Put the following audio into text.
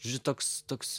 žodžiu toks toks